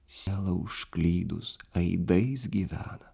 sela užklydus aidais gyvena